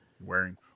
Wearing